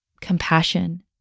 compassion